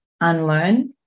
unlearn